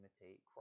imitate